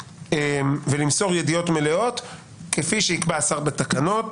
וימסור להם ידיעות מלאות כפי שיקבע השר בתקנות,